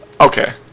Okay